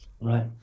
Right